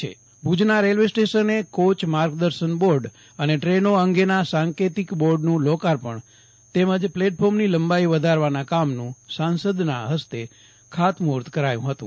Jaydip Vaishnav Bhuj railway station ભુજના રેલવે સ્ટેશને કોચ માર્ગદર્શન બોર્ડ અને ટ્રેનો અંગેના સાંકેતિક બોર્ડનું લોકાર્પણ તેમજ પ્લેટફોર્મની લંબાઇ વધારવાના કામનું સાંસદના હસ્તે ખાતમુહૂર્ત કરાયું હતું